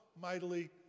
mightily